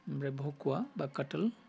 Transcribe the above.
ओमफ्राय बखुवा बा काथल